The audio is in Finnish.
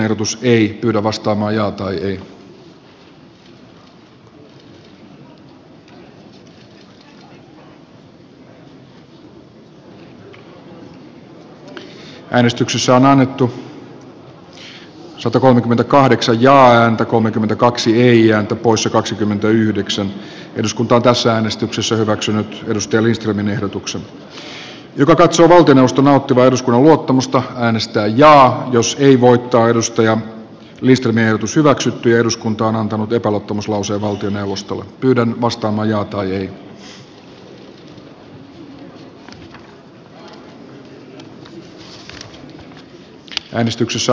hallitus ei ole kyennyt talouden tervehdyttämiseen vaan on leikkauksillaan ja anto kolmekymmentäkaksi jaakko poussa kaksikymmentäyhdeksän eduskunta taas veroratkaisuillaan ajamassa suomen näivettymiskierteen partaalle eikä hallitus ole kyennyt vahvan valtion tavoin avaamaan telakkateollisuutemme ajankohtaisia solmuja vaarantaen samalla maailman korkea tasoisimmasta osaamisesta koostuvan meriteollisuuden verkoston menestymisen